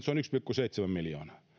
se on yksi pilkku seitsemän miljoonaa